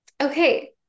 Okay